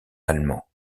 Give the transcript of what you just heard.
allemand